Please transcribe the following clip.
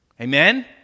Amen